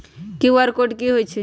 QR code कि हई छई?